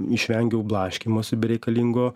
išvengiau blaškymosi bereikalingo